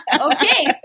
Okay